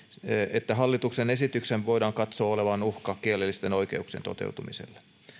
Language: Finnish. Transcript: että hallituksen esityksen voidaan katsoa olevan uhka kielellisten oikeuksien toteutumiselle